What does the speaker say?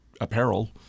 apparel